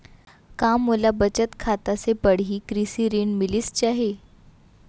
का मोला बचत खाता से पड़ही कृषि ऋण मिलिस जाही?